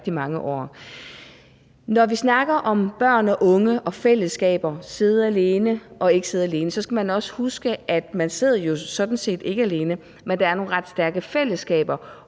Når vi snakker om børn og unge og fællesskaber, at sidde alene og ikke at sidde alene, så skal vi jo også huske, at man sådan set ikke sidder alene, men at der også er nogle ret stærke fællesskaber